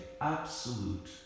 absolute